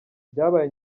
byabaye